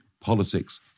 politics